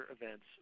events